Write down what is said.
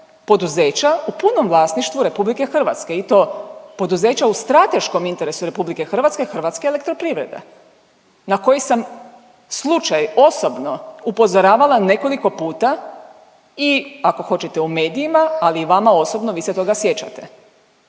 poduzeća u punom vlasništvu RH i to poduzeća u strateškom interesu RH, Hrvatske elektroprivrede na koji sam slučaj osobno upozoravala nekoliko puta i ako hoćete u medijima, ali i vama osobno vi se toga sjećate.